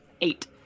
Eight